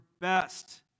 best